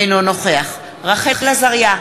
אינו נוכח רחל עזריה,